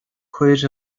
cuir